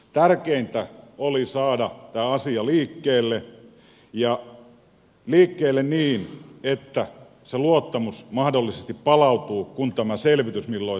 tärkeintä oli saada tämä asia liikkeelle liikkeelle niin että se luottamus mahdollisesti palautuu kun tämä selvitys milloin sitten tuleekin saadaan